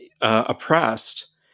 oppressed